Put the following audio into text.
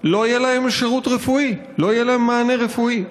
לא יהיה להם שירות רפואי, לא יהיה להם מענה רפואי,